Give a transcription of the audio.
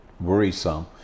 worrisome